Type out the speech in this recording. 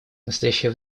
настоящее